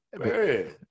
Hey